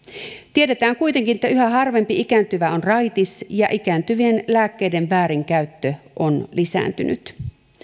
tiedetään kuitenkin että yhä harvempi ikääntyvä on raitis ja ikääntyvien lääkkeiden väärinkäyttö on lisääntynyt